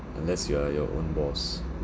unless you are your own boss